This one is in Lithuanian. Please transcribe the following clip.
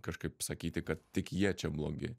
kažkaip sakyti kad tik jie čia blogi